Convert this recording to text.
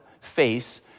face